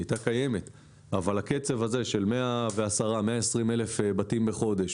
הייתה קיימת אבל הקצב הזה של 120-110 אלף בתים בחודש,